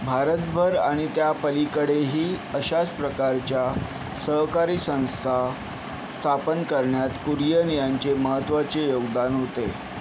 भारतभर आणि त्यापलीकडेही अशाच प्रकारच्या सहकारी संस्था स्थापन करण्यात कुरियन यांचे महत्त्वाचे योगदान होते